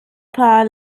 pas